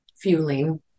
fueling